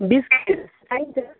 बिस केजी चाहिन्छ